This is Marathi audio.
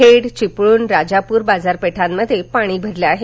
खेड चिपळूण राजापूर बाजारपेठांमध्ये पाणी भरलं आहे